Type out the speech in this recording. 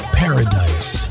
paradise